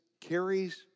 carries